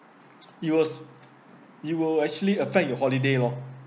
it was it will actually affect your holiday lor